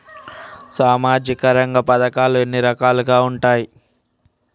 సామాజిక రంగ పథకాలు ఎన్ని రకాలుగా ఉంటాయి?